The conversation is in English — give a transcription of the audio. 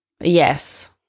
Yes